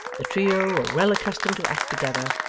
the trio were well accustomed to act together,